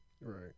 Right